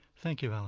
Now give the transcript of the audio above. thank you alan.